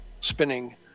spinning